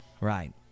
Right